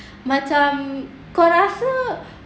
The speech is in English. macam kau rasa